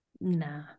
Nah